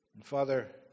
Father